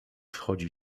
wchodzi